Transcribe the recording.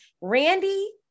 Randy